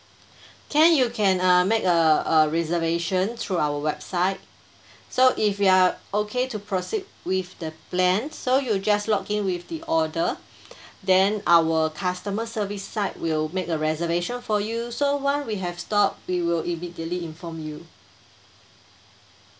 can you can uh make a a reservation through our website so if you are okay to proceed with the plan so you just log in with the order then our customer service side will make a reservation for you so once we have stock we will immediately inform you